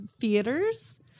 theaters